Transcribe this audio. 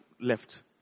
left